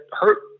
hurt